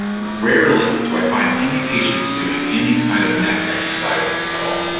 rarely do i find any patients doing any kind of neck exercises at all.